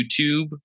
YouTube